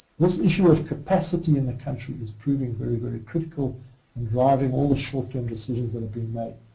this issue of capacity in the country is proving very very critical and driving all the short-term decisions that are being made.